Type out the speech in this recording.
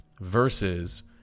versus